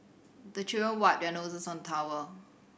the children wipe their noses on towel